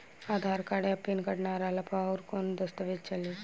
आधार card आ PAN card ना रहला पर अउरकवन दस्तावेज चली?